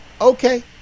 okay